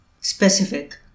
Specific